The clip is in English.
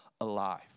alive